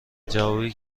جوابی